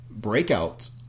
breakouts